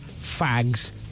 fags